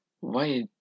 Why